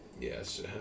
Yes